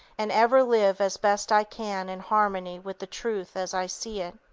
and ever live as best i can in harmony with the truth as i see it.